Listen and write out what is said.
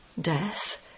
Death